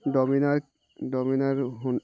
Dominar Dominar who